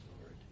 Lord